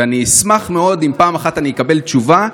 ואני אשמח מאוד אם פעם אחת אקבל תשובה,